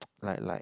like like